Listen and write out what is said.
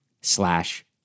slash